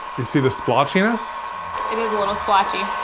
you see the splotchiness? it is a little splotchy.